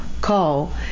call